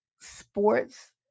sports